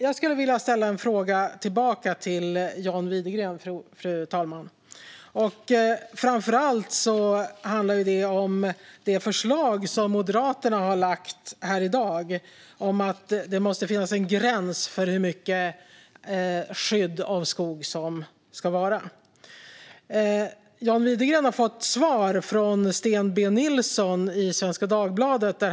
Jag skulle vilja ställa en fråga tillbaka till John Widegren. Framför allt handlar det om det förslag som Moderaterna har lagt fram här i dag om att det måste finnas en gräns för hur mycket skydd av skog som det ska vara. John Widegren har fått svar från Sten B. Nilsson i Svenska Dagbladet.